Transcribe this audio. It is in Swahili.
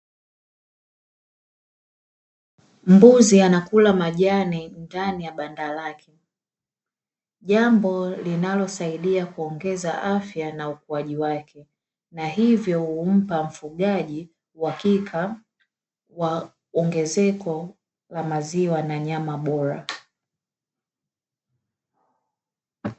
Mbuzi anakula majani ndani ya banda lake, jambo linalosaidia kuongeza afya na ukuaji wake na hivyo huumpa mfugaji uhakika wa ongezeko la maziwa na nyama bora.